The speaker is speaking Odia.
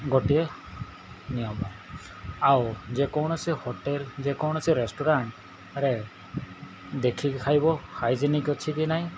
ଗୋଟିଏ ନିୟମ ଆଉ ଯେକୌଣସି ହୋଟେଲ୍ ଯେକୌଣସି ରେଷ୍ଟୁରାଣ୍ଟରେ ଦେଖିକି ଖାଇବ ହାଇଜିନିକ୍ ଅଛି କି ନାଇଁ